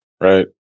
right